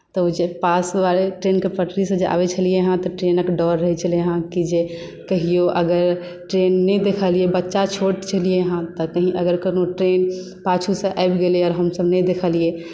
तऽ ओ पासवाले ट्रेनके पटरीसँ जे आबैत छलियै हेँ तऽ ट्रेनक डर रहैत छलै हेँ कि जे कहियो अगर ट्रेन नहि देखलियै बच्चा छोट छलियै हेँ तऽ कहीँ अगर कोनो ट्रेन पाछूसँ आबि गेलै आओर हमसभ नहि देखलियै